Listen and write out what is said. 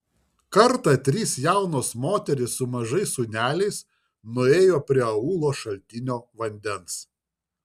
kartą trys jaunos moterys su mažais sūneliais nuėjo prie aūlo šaltinio vandens